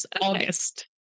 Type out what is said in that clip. August